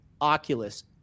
oculus